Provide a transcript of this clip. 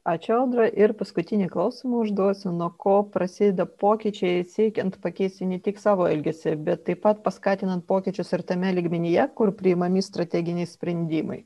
ačiū audra ir paskutinį klausimą užduosiu nuo ko prasideda pokyčiai siekiant pakeisti ne tik savo elgesį bet taip pat paskatinant pokyčius ir tame lygmenyje kur priimami strateginiai sprendimai